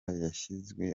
yashyizwe